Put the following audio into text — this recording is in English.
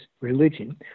religion